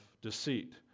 deceit